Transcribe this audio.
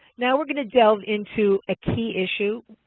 now we're going to delve into a key issue,